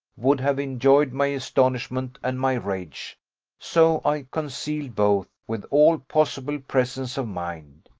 would have enjoyed my astonishment and my rage so i concealed both, with all possible presence of mind.